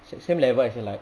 same same level as in like